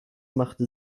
machte